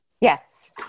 Yes